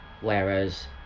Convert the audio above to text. Whereas